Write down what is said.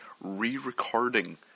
re-recording